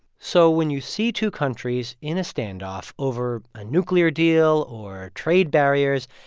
so when you see two countries in a standoff over a nuclear deal or trade barriers,